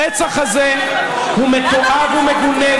הרצח הזה הוא מתועב ומגונה,